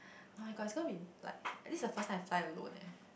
my god is gonna been like this is the first time I fly alone leh